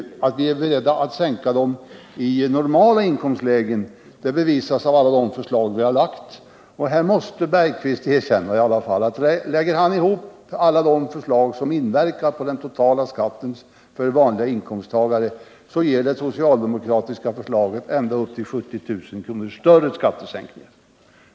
Att vi är beredda att sänka dem i normala inkomstlägen bevisas av alla de förslag som vi har lagt fram. Här måste i alla fall herr Bergqvist erkänna, att lägger han ihop alla de förslag som inverkar på den totala skatten för vanliga inkomsttagare, ger det socialdemokratiska förslaget ända upp till 70 000 kr. större skattesänkningar.